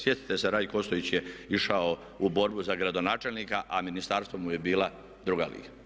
Sjetite se Rajko Ostojić je išao u borbu za gradonačelnika a ministarstvo mu je bila druga liga.